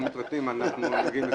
ליטאים זה